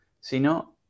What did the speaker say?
sino